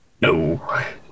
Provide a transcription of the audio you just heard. No